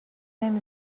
نمی